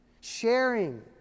sharing